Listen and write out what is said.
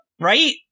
Right